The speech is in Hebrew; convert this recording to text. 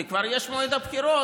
כי כבר יש מועד לבחירות,